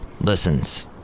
listens